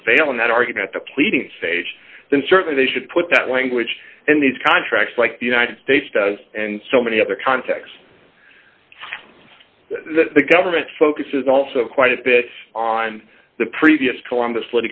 prevail in that argument the pleading stage then certainly they should put that language in these contracts like the united states does and so many other contexts that the government focuses also quite a bit on the previous columbus